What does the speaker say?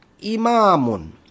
imamun